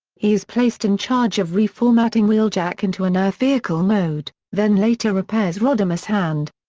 he is placed in charge of reformatting wheeljack into an earth-vehicle mode, then later repairs rodimus' hand.